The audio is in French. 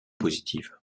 positives